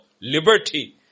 liberty